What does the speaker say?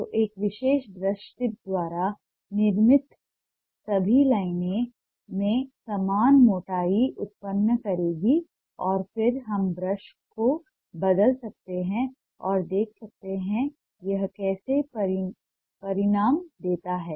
तो एक विशेष ब्रश टिप द्वारा निर्मित सभी लाइनें लाइन में समान मोटाई उत्पन्न करेंगी और फिर हम ब्रश को बदल सकते हैं और देख सकते हैं यह कैसे परिणाम देता है